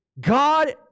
God